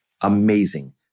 amazing